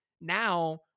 Now